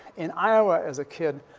in iowa as a kid,